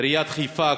עיריית חיפה,